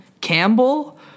Campbell